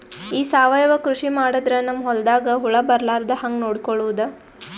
ಈ ಸಾವಯವ ಕೃಷಿ ಮಾಡದ್ರ ನಮ್ ಹೊಲ್ದಾಗ ಹುಳ ಬರಲಾರದ ಹಂಗ್ ನೋಡಿಕೊಳ್ಳುವುದ?